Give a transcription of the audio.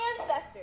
ancestors